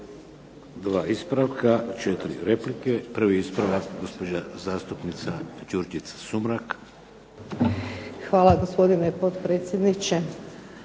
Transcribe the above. Dva ispravka, četiri replike. Prvi ispravak, gospođa zastupnica Đurđica Sumrak. **Sumrak, Đurđica (HDZ)** Hvala gospodine potpredsjedniče.